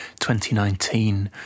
2019